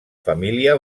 família